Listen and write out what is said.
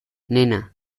nena